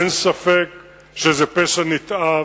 אין ספק שזה פשע נתעב,